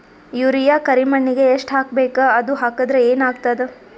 Urea ಕರಿಮಣ್ಣಿಗೆ ಎಷ್ಟ್ ಹಾಕ್ಬೇಕ್, ಅದು ಹಾಕದ್ರ ಏನ್ ಆಗ್ತಾದ?